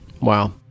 wow